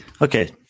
Okay